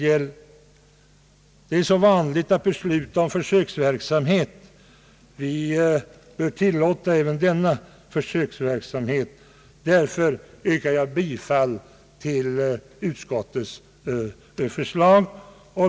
Eftersom det är så vanligt att besluta om försöksverksamhet bör vi tillåta även denna form av försöksverksamhet. Jag yrkar därför bifall till utskottets förslag.